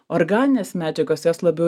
organinės medžiagos jos labiau